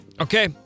Okay